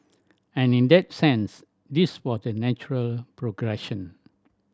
and in that sense this was the natural progression